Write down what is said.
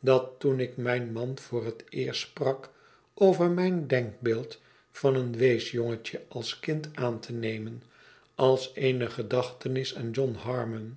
dat toen ik mijn man voor het eerst sprak over mijn denkbeeld van een weesjongetje als kind aan te nemen als eene gedachtenis aan john harmon